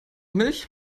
milch